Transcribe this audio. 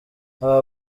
aba